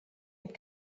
had